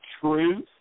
truth